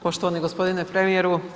Poštovani gospodine premijeru.